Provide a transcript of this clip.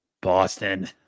Boston